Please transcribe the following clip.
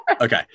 Okay